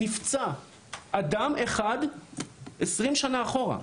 לא נפצע אדם אחד 20 שנה אחורה,